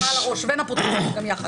זו המשמעות של חמאה על הראש, ונפוטיזם גם יחד.